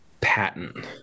patent